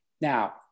Now